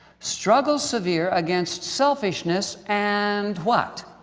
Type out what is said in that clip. struggles severe against selfishness and, what.